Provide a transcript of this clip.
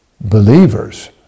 Believers